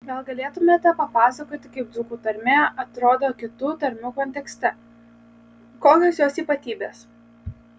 gal galėtumėte papasakoti kaip dzūkų tarmė atrodo kitų tarmių kontekste kokios jos ypatybės